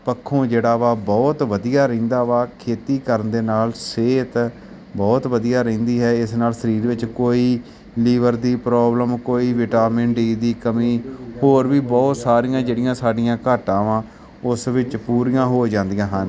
ਪੱਖੋਂ ਜਿਹੜਾ ਵਾ ਬਹੁਤ ਵਧੀਆ ਰਹਿੰਦਾ ਵਾ ਖੇਤੀ ਕਰਨ ਦੇ ਨਾਲ ਸਿਹਤ ਬਹੁਤ ਵਧੀਆ ਰਹਿੰਦੀ ਹੈ ਇਸ ਨਾਲ ਸਰੀਰ ਵਿੱਚ ਕੋਈ ਲੀਵਰ ਦੀ ਪ੍ਰੋਬਲਮ ਕੋਈ ਵਿਟਾਮਿਨ ਡੀ ਦੀ ਕਮੀ ਹੋਰ ਵੀ ਬਹੁਤ ਸਾਰੀਆਂ ਜਿਹੜੀਆਂ ਸਾਡੀਆਂ ਘਾਟਾਂ ਨੇ ਉਸ ਵਿੱਚ ਪੂਰੀਆਂ ਹੋ ਜਾਂਦੀਆਂ ਹਨ